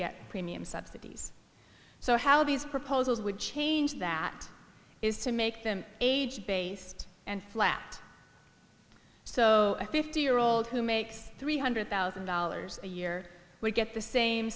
get premium subsidies so how these proposals would change that is to make them age based and flat so a fifty year old who makes three hundred thousand dollars a year will get the same